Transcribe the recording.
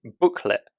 booklet